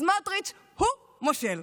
סמוטריץ' הוא מושל.